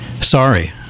Sorry